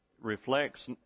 reflects